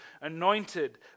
anointed